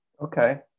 Okay